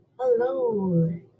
Hello